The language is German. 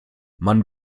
man